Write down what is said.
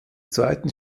zweiten